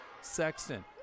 Sexton